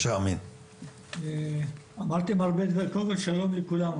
קודם כל, שלום לכולם.